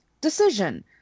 decision